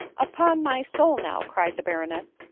upon my soul! now, cried the baronet,